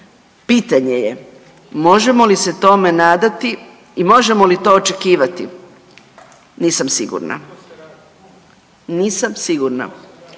Pitanje je, možemo li se tome nadati i možemo li to očekivati? Nisam sigurna. Nisam sigurna.